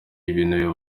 ibintu